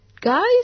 guys